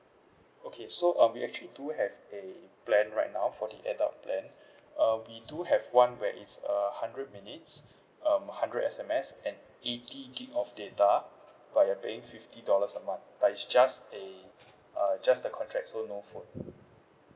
okay so um we actually do have a plan right now for the adult plan uh we do have one where it's uh hundred minutes um hundred S_M_S and eighty gig of data but you're paying fifty dollars a month but it's just a uh just the contract so no phone